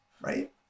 right